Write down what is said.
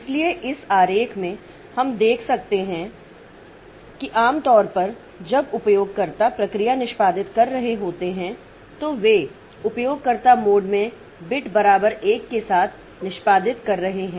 इसलिए इस आरेख में हम देख सकते हैं कि आम तौर पर जब उपयोगकर्ता प्रक्रिया निष्पादित कर रहे होते हैं तो वे उपयोगकर्ता मोड में मोड बिट बराबर 1 के साथ निष्पादित कर रहे हैं